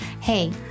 Hey